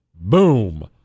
Boom